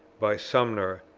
by sumner,